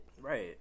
Right